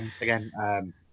again